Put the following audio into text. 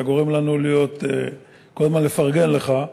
שאתה גורם לנו כל הזמן לפרגן לך,